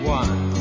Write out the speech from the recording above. one